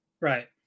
right